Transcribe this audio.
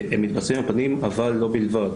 הם מתבססים על פנים, אבל לא בלבד,